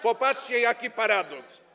Popatrzcie, jaki paradoks.